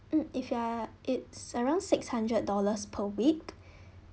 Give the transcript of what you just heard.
mm if you are it's around six hundred dollars per week